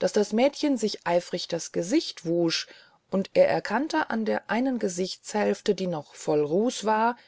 daß das mädchen sich eifrig das gesicht wusch und er erkannte an der einen gesichtshälfte die noch voll ruß war